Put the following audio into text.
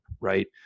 right